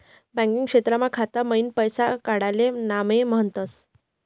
banking क्षेत्रमा खाता मईन पैसा काडाले नामे म्हनतस